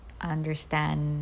understand